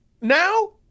now